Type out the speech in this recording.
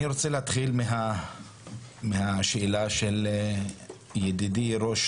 אני רוצה להתחיל מהשאלה של ידידי ראש